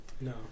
No